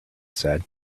said